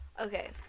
Okay